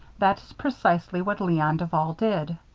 that is precisely what leon duval did.